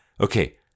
Okay